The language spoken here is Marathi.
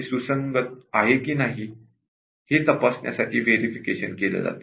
सुसंगत आहे का नाही तपासण्यासाठी वेरिफिकेशन केले जाते